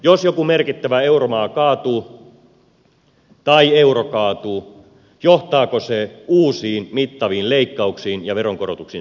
jos joku merkittävä euromaa kaatuu tai euro kaatuu johtaako se uusiin mittaviin leikkauksiin ja veronkorotuksiin suomessa